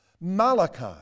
Malachi